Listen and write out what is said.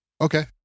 Okay